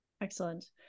Excellent